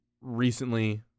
recently